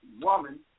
woman